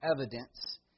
evidence